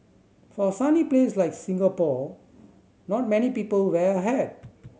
for a sunny place like Singapore not many people wear a hat